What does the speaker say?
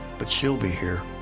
but she'll be here.